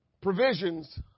provisions